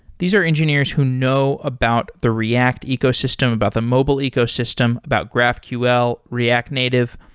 these are engineers who know about the react ecosystem, about the mobile ecosystem, about graphql, react native.